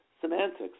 semantics